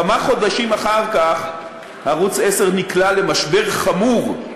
כמה חודשים אחר כך ערוץ 10 נקלע למשבר חמור.